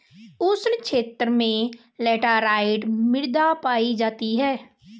उष्ण क्षेत्रों में लैटराइट मृदा पायी जाती है